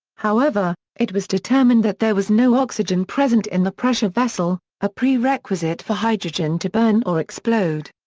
however, it was determined that there was no oxygen present in the pressure vessel, a prerequisite for hydrogen to burn or explode.